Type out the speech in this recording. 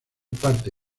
parte